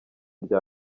rya